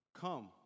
Come